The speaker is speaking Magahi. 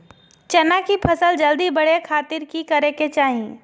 चना की फसल जल्दी बड़े खातिर की करे के चाही?